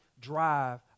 drive